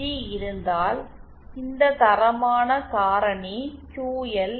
G இருந்தால் இந்த தரமான காரணி க்யூ எல்